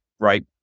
right